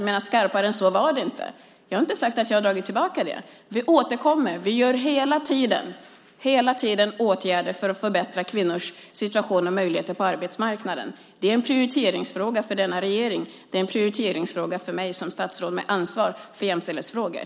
Jag menar, skarpare än så var det inte. Jag har inte sagt att jag har dragit tillbaka det. Vi återkommer. Vi vidtar hela tiden åtgärder för att förbättra kvinnors situation och möjligheter på arbetsmarknaden. Det är en prioriteringsfråga för denna regering. Det är en prioriteringsfråga för mig som statsråd med ansvar för jämställdhetsfrågor.